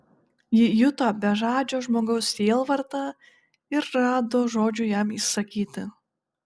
ji juto bežadžio žmogaus sielvartą ir rado žodžių jam išsakyti